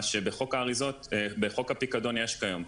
מה שבחוק הפיקדון יש כיום.